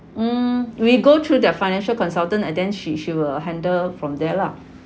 mm we go through their financial consultant and then she she will handle from there lah